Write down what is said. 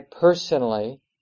personally